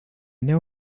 know